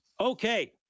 Okay